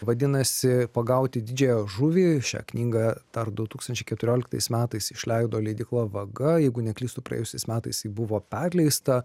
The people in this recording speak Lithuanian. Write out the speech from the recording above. vadinasi pagauti didžiąją žuvį šią knygą dar du tūkstančiai keturioliktais metais išleido leidykla vaga jeigu neklystu praėjusiais metais ji buvo perleista